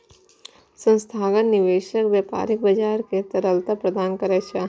संस्थागत निवेशक व्यापारिक बाजार कें तरलता प्रदान करै छै